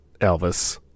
elvis